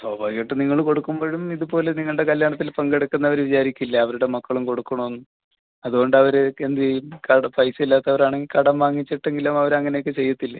സ്വാഭാവികമായിട്ട് നിങ്ങൾ കൊടുക്കുമ്പോഴും ഇതുപോലെ നിങ്ങളുടെ കല്യാണത്തിൽ പങ്കെടുക്കുന്നവർ വിചാരിക്കില്ലേ അവരുടെ മക്കളും കൊടുക്കണമെന്ന് അതുകൊണ്ട് അവരൊക്കെ എന്ത് ചെയ്യും കടം പൈസ ഇല്ലാത്തവർ ആണെങ്കിൽ കടം വാങ്ങിച്ചിട്ടെങ്കിലും അവർ അങ്ങനെ ഒക്കെ ചെയ്യില്ലേ